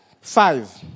Five